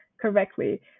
correctly